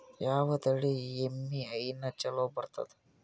ಯಾವ ತಳಿ ಎಮ್ಮಿ ಹೈನ ಚಲೋ ಬರ್ತದ?